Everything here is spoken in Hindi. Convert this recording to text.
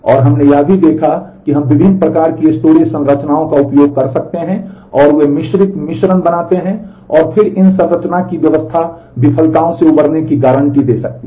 और हमने यह भी देखा है कि हम विभिन्न प्रकार की स्टोरेज संरचनाओं का उपयोग करते हैं और वे मिश्रित मिश्रण बनाते हैं और फिर इन संरचना की व्यवस्था विफलताओं से उबरने की गारंटी दे सकती है